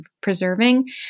preserving